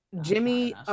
Jimmy